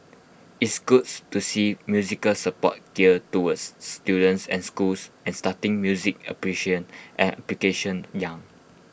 it's goods to see musical support geared towards students and schools and starting music application young